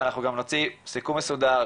ואנחנו גם נוציא סיכום מסודר.